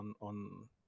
on